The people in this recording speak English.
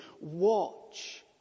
watch